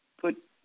Put